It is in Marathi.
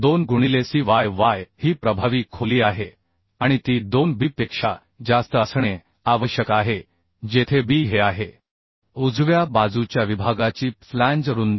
2 गुणिले c y y ही प्रभावी खोली आहे आणि ती 2 b पेक्षा जास्त असणे आवश्यक आहे जेथे b हे आहे उजव्या बाजूच्या विभागाची फ्लॅंज रुंदी